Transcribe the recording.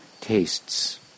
tastes